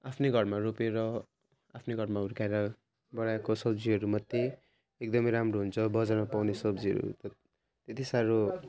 आफ्नै घरमा रोपेर आफ्नै घरमा हुर्काएर बढाएको सब्जीहरू मात्रै एकदमै राम्रो हुन्छ बजारमा पाउने सब्जीहरू यति साह्रो